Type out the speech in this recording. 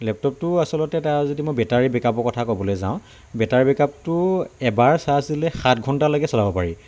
লেপটপটো আচলতে এটা যদি মই বেটাৰী বেকআপৰ কথা ক'বলৈ যাওঁ বেটাৰী বেকআপটো এবাৰ চাৰ্জ দিলে সাত ঘণ্টালৈকে চলাব পাৰি